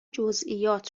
جزئیات